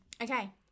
Okay